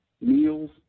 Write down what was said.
meals